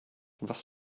was